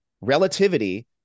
Relativity